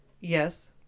yes